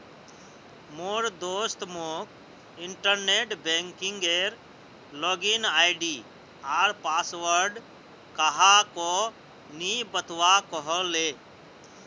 मोर दोस्त मोक इंटरनेट बैंकिंगेर लॉगिन आई.डी आर पासवर्ड काह को नि बतव्वा कह ले